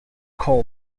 coal